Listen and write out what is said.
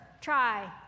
try